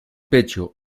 pecho